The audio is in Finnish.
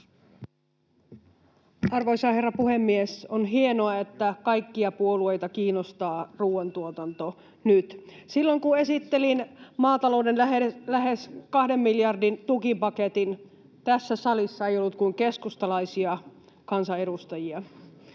Arvoisa herra puhemies! On hienoa, että nyt kaikkia puolueita kiinnostaa ruuantuotanto. Silloin, kun esittelin maatalouden lähes kahden miljardin tukipaketin, tässä salissa ei ollut kuin keskustalaisia kansanedustajia,